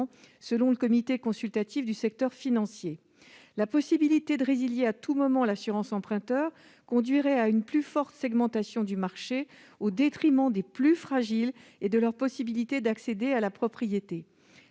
plus de 55 ans, selon le CCSF. La possibilité de résilier à tout moment l'assurance emprunteur conduirait à une plus forte segmentation du marché au détriment des plus fragiles et de leur possibilité d'accéder à la propriété.